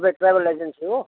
तपाईँ travel agency हो